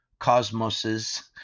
cosmoses